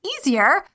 easier